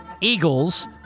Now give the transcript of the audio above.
Eagles